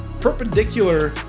perpendicular